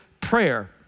prayer